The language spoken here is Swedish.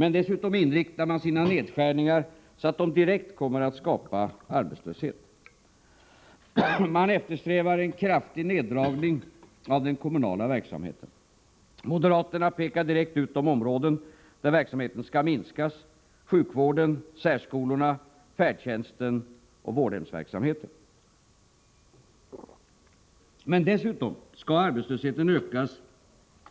Men dessutom inriktar man sina nedskärningar så att de direkt kommer att skapa arbetslöshet. Man eftersträvar en kraftig nedskärning av den kommunala verksamheten. Moderaterna pekar direkt ut de områden där verksamheten skall minskas: sjukvården, särskolorna, färdtjänsten och vårdhemsverksamheten. Därutöver skall arbetslösheten ökas